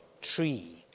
tree